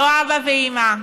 לא אבא ואימא.